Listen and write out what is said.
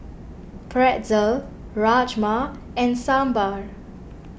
Pretzel Rajma and Sambar